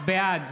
בעד